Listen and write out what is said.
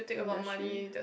industry